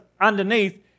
underneath